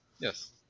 Yes